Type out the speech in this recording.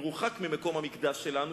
מרוחק ממקום המקדש שלנו,